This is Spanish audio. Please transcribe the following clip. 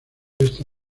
esta